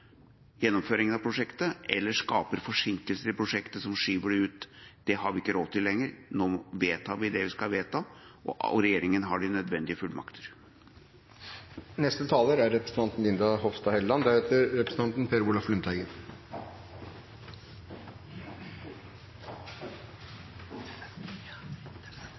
gjennomføringa av prosjektet eller skaper forsinkelser i prosjektet som skyver det ut. Det har vi ikke råd til lenger. Nå vedtar vi det vi skal vedta, og regjeringa har de nødvendige fullmakter. Jeg må si til presidenten at som saksordfører er